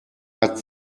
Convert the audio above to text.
hat